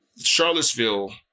Charlottesville